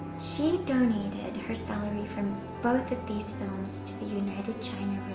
she donated her salary from both of these films to the united china